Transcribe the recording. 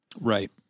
Right